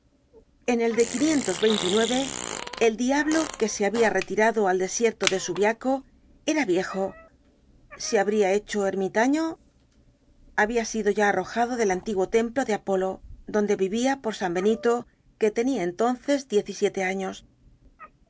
en el de el diablo que se habia retirado al desierto de subiaco era viejo se habría hecho ermitaño habia sido ya arrojado del antiguo templo de apolo donde vivia por san benito que tenia entonces diez y siete años